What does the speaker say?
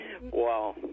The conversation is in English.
Wow